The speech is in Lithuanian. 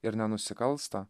ir nenusikalsta